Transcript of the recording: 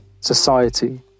society